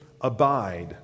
abide